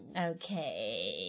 Okay